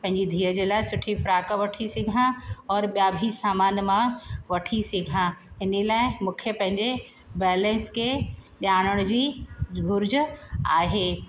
पंहिंजी धीअ जे लाइ सुठी फ्राक वठी सघां और ॿिया बि सामान मां वठी सघां हिन लाइ मूंखे पंहिंजे बैलेंस खे ॼाणण जी घुरिज आहे